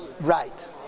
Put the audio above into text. right